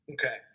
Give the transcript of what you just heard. Okay